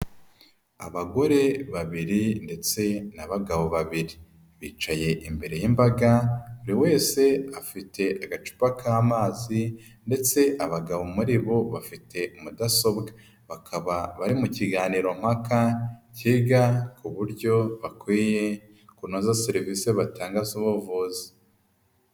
Abagore babiri ndetse n'abagabo babiri. Bicaye imbere y'imbaga, buri wese afite agacupa k'amazi ndetse abagabo muri bo bafite mudasobwa. Bakaba bari mu kiganiro mpaka, kiga ku buryo bakwiye kunoza serivisi batanga z'ubuvuzi.